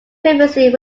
previously